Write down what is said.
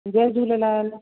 Jay Jhulelal